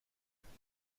میکنن